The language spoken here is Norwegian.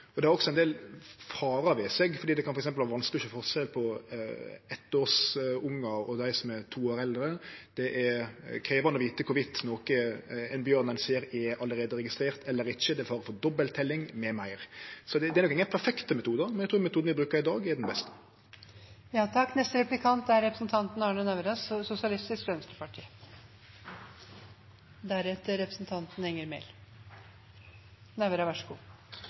Og det har også ein del farar ved seg, for det kan f.eks. vere vanskeleg å sjå forskjell på eittårsungar og dei som er to år eldre. Det er krevjande å vite om ein bjørn ein ser, allereie er registrert eller ikkje, det er fare for dobbeltteljing med meir. Så det er nok ingen perfekte metodar, men eg trur metoden vi brukar i dag, er den beste. Jeg holdt på å spørre om å få en replikk på representanten